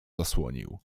zasłonił